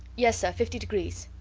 yes, sir. fifty degrees.